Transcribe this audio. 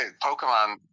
Pokemon